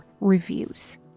reviews